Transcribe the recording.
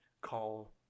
call